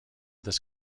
this